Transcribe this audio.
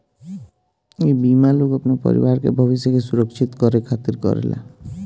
इ बीमा लोग अपना परिवार के भविष्य के सुरक्षित करे खातिर करेला